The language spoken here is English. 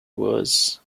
was